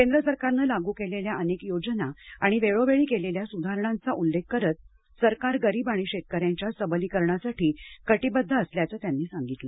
केंद्र सरकारनं लागू केलेल्या अनेक योजना आणि वेळोवेळी केलेल्या सुधारणांचा उल्लेख करत सरकार गरीब आणि शेतकऱ्यांच्या सबलीकरणासाठी कटिबद्ध असल्याचं त्यांनी सांगितलं